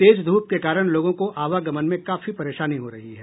तेज धूप के कारण लोगों को आवागमन में काफी परेशानी हो रही है